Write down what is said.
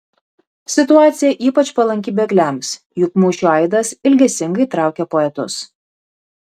situacija ypač palanki bėgliams juk mūšių aidas ilgesingai traukia poetus